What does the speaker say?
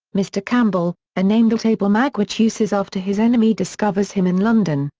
mr. campbell, a name that abel magwitch uses after his enemy discovers him in london.